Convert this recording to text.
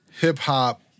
hip-hop